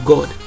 God